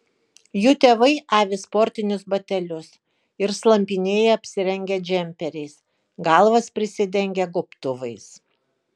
jų tėvai avi sportinius batelius ir slampinėja apsirengę džemperiais galvas prisidengę gobtuvais